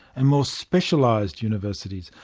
and more specialised universities,